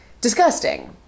Disgusting